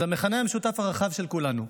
זה המכנה המשותף הרחב של כולנו.